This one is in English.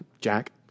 Jack